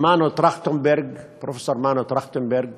ופרופסור מנו טרכטנברג